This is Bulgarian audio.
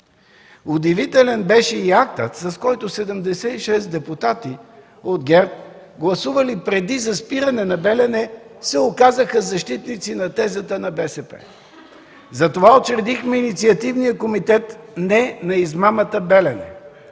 Удивителен беше и актът, с който 76 депутати от ГЕРБ, гласували преди за спиране на „Белене”, се оказаха защитници на тезата на БСП. Затова учредихме Инициативния комитет: „Не” на измамата „Белене”.